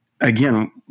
again